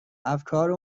افکار